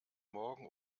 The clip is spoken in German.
morgen